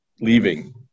leaving